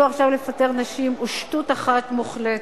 עכשיו לפטר נשים הוא שטות אחת מוחלטת.